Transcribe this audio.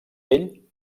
ell